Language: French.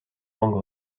langue